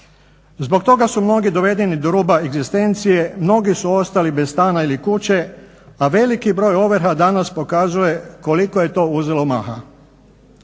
Zbog toga su mnogi dovedeni do ruba egzistencije, mnogi su ostali bez stana ili kuće a veliki broj ovrha danas pokazuje koliko je to uzelo maha.